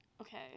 Okay